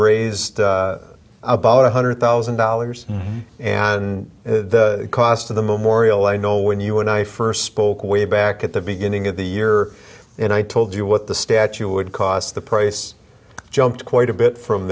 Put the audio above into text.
raised about one hundred thousand dollars and the cost of the memorial you know when you and i first spoke way back at the beginning of the year and i told you what the statue would cost the price jumped quite a bit from